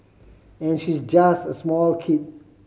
and she's just a small kid